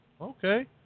okay